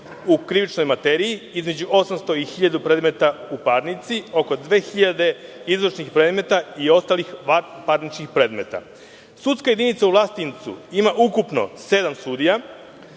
u krivičnoj materiji između 800 i 1.000 predmeta, u parnici oko 2.000 izvršnih predmeta i ostalih vanparničnih predmeta. Sudska jedinica u Vlasotincu ima ukupno sedam